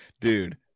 dude